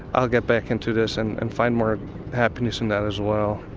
i'll get back into this and and find more happiness in that as well.